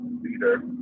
leader